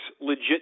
legit